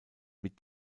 mit